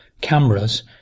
cameras